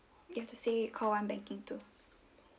you have to say call one banking too